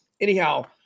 anyhow